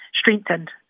strengthened